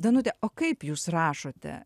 danute o kaip jūs rašote